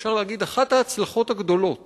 אפשר לומר שאחת ההצלחות הגדולות